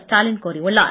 ஸ்டாலின் கோரியுள்ளார்